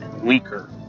weaker